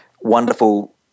wonderful